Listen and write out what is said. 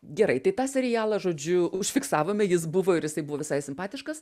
gerai tai tą serialą žodžiu užfiksavome jis buvo ir jisai buvo visai simpatiškas